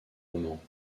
romans